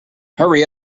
hurry